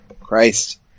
Christ